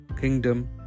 kingdom